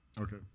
Okay